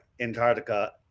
Antarctica